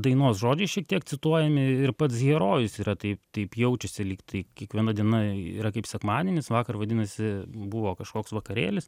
dainos žodžiai šiek tiek cituojami ir pats herojus yra taip taip jaučiasi lyg tai kiekviena diena yra kaip sekmadienis vakar vadinasi buvo kažkoks vakarėlis